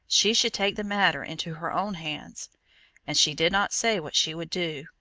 she should take the matter into her own hands and she did not say what she would do,